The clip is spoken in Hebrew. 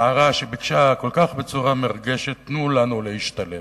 נערה שביקשה בצורה כל כך מרגשת: תנו לנו להשתלב.